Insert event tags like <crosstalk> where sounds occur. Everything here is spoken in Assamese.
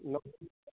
<unintelligible>